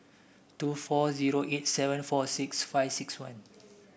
two four zero eight seven four six five six one